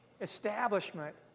establishment